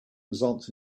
results